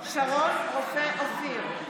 רופא אופיר,